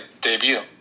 debut